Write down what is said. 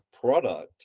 product